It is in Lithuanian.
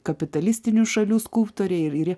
kapitalistinių šalių skulptoriai ir iri